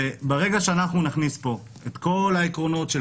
ברגע שאנחנו נכניס לפה את כל העקרונות של